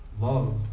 love